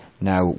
Now